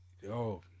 Yo